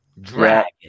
Dragon